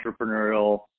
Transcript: entrepreneurial